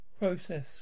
process